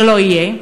שלא יהיה.